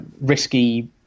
risky